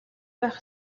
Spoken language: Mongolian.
байх